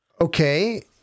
Okay